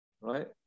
Right